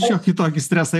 šiokį tokį stresą